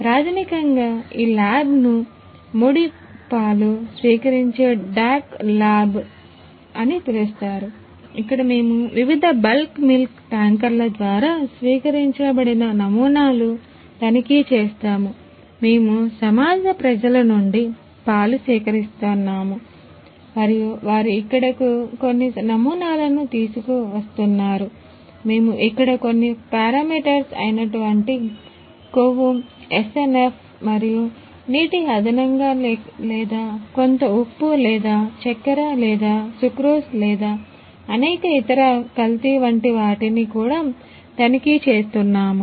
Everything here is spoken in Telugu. ప్రాథమికంగా ఈ ల్యాబ్ను ముడి పాలు స్వీకరించే డాక్ ల్యాబ్ మరియు నీటి అదనంగా లేదా కొంత ఉప్పు లేదా చక్కెర లేదా సుక్రోజ్ లేదా అనేక ఇతర కల్తీ వంటి వాటిని కూడా తనిఖీ చేస్తున్నాము